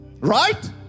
Right